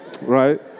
right